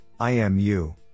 imu